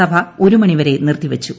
സഭ ഒരു മണി വരെ നിർത്തി വച്ചു